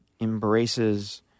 embraces